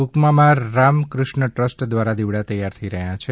કુકમામાં Ramakrishna trust દ્વારા દીવડા તૈયાર થઇ રહ્યા છે